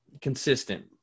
consistent